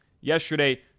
yesterday